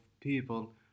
people